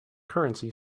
currency